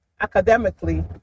academically